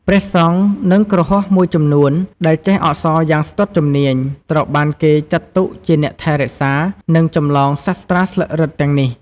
ព្រះសង្ឃ និងគ្រហស្ថមួយចំនួនដែលចេះអក្សរយ៉ាងស្ទាត់ជំនាញ ត្រូវបានគេចាត់ទុកជាអ្នកថែរក្សា និងចម្លងសាត្រាស្លឹករឹតទាំងនេះ។